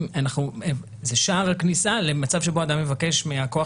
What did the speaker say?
זה שער הכניסה למצב שבו אדם מבקש מהכוח